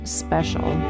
special